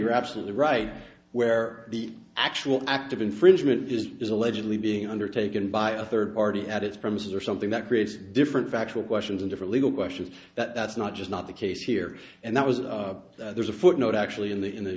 render absolutely right where the actual act of infringement is is allegedly being undertaken by a third party at its premises or something that creates different factual questions and different legal questions that that's not just not the case here and that was there's a footnote actually in the in the